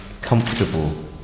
comfortable